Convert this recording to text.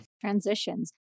Transitions